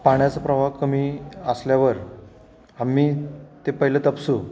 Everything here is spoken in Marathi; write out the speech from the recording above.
पाण्याचा प्रवाह कमी असल्यावर आम्ही ते पहिलं तपासू